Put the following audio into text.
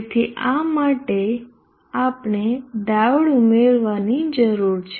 તેથી આ માટે આપણે ડાયોડ ઉમેરવાની જરૂર છે